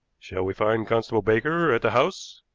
shall we find constable baker at the house?